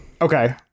Okay